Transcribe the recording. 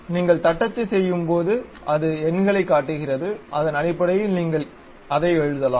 நீங்கள் தட்டச்சு செய்யும் போது அது எண்களைக் காட்டுகிறது அதன் அடிப்படையில் நீங்கள் அதை எழுதலாம்